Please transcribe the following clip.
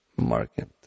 market